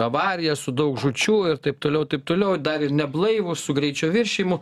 avariją su daug žūčių ir taip toliau taip toliau dar ir neblaivus su greičio viršijimu